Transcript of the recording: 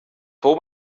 fou